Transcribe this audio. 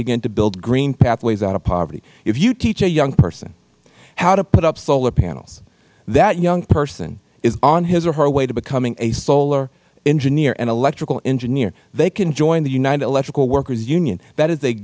begin to build green pathways out of poverty if you teach a young person how to put up solar panels that young person is on his or her way to becoming a solar engineer an electrical engineer they can join the united electrical workers union that is a